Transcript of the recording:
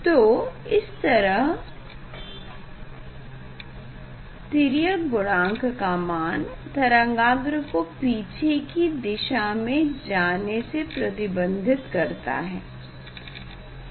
तो इस तरह तिर्यक गुणांक का मान तरंगाग्र को पीछे कि दिशा में जाने से प्रतिबंधित करता है